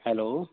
hello